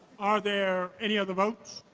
are there any other votes?